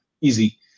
easy